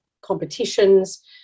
competitions